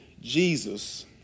Jesus